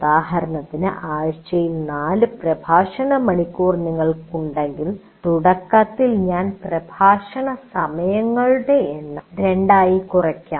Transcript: ഉദാഹരണത്തിന് ആഴ്ചയിൽ നാല് പ്രഭാഷണ മണിക്കൂർ നിങ്ങൾക്ക് ഉണ്ടെങ്കിൽ തുടക്കത്തിൽ ഞാൻ പ്രഭാഷണ സമയങ്ങളുടെ എണ്ണം 2 ആയി കുറയ്ക്കാം